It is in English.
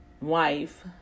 wife